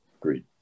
Agreed